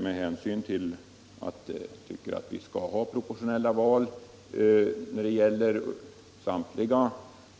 Med hänsyn till att jag anser att vi skall ha rätt till proportionella val till samtliga